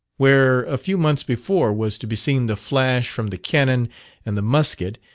where, a few months before was to be seen the flash from the cannon and the musket,